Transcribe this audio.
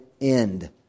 end